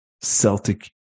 Celtic